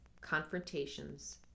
confrontations